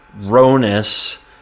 Ronus